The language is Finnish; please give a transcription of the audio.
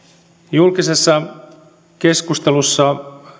julkisessa keskustelussa